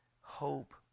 hope